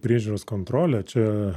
priežiūros kontrolę čia